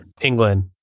England